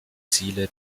ziele